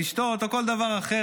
לשתות או כל דבר אחר.